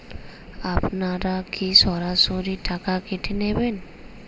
আপনারা কি সরাসরি টাকা কেটে নেবেন?